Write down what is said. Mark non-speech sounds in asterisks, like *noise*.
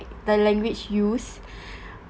the language use *breath*